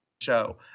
show